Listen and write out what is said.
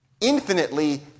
infinitely